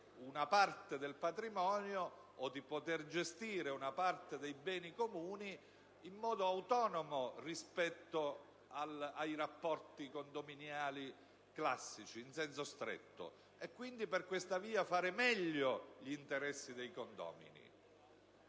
una parte del patrimonio o di poter gestire una parte dei beni comuni in modo autonomo rispetto ai rapporti condominiali in senso stretto e quindi per questa via fare meglio gli interessi dei condomini.